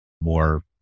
more